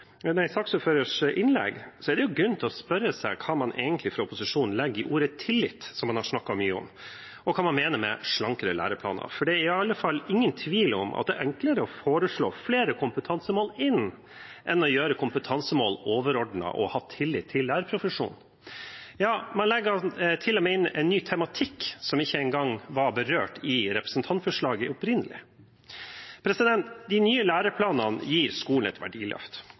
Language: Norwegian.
for den enkelte elev. Ser man på dagens representantforslag, merknadene og hører på saksordførerens innlegg, er det grunn til å spørre seg hva opposisjonen egentlig legger i ordet «tillit», som man har snakket mye om, og hva man mener med slankere læreplaner. Det er i alle fall ingen tvil om at det er enklere å foreslå flere kompetansemål inn enn å gjøre kompetansemålene overordnet og ha tillit til lærerprofesjonen. Ja, man legger til og med inn en ny tematikk som ikke engang var berørt i representantforslaget opprinnelig. De nye læreplanene gir skolen et verdiløft.